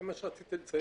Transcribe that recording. זה מה שרציתי לציין.